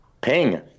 Ping